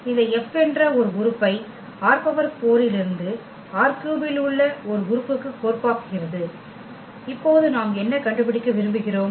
இந்த F என்ற ஒரு உறுப்பை ℝ4 இலிருந்து ℝ3 இல் உள்ள ஒரு உறுப்புக்கு கோர்ப்பாக்குகிறது இப்போது நாம் என்ன கண்டுபிடிக்க விரும்புகிறோம்